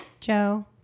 Joe